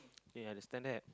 ya understand that